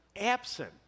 absent